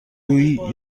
جویی